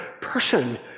person